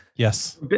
Yes